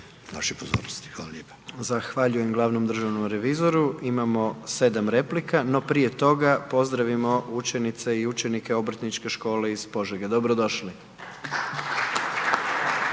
**Jandroković, Gordan (HDZ)** Zahvaljujem glavnom državnom revizoru. Imamo sedam replika, no prije toga pozdravimo učenice i učenike Obrtničke škole iz Požege, dobro došli.